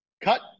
Cut